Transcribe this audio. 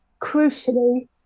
crucially